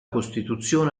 costituzione